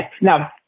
Now